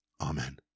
Amen